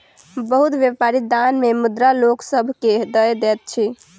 बहुत व्यापारी दान मे मुद्रा लोक सभ के दय दैत अछि